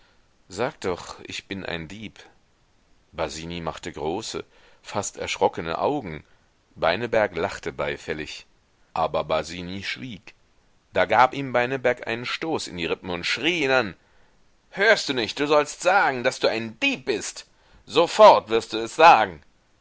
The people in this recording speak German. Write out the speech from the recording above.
sag doch ich bin ein dieb basini machte große fast erschrockene augen beineberg lachte beifällig aber basini schwieg da gab ihm beineberg einen stoß in die rippen und schrie ihn an hörst du nicht du sollst sagen daß du ein dieb bist sofort wirst du es sagen